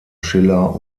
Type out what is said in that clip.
schiller